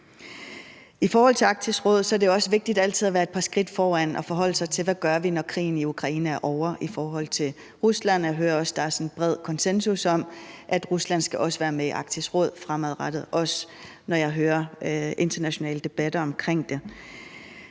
I forhold til Arktisk Råd er det også vigtigt altid at være et par skridt foran og forholde sig til, hvad vi gør i forhold til Rusland, når krigen i Ukraine er ovre. Og jeg hører også, at der er en bred konsensus om, at Rusland også skal være med i Arktisk Råd fremadrettet – også når jeg hører internationale debatter omkring det.